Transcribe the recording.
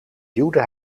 duwde